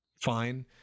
fine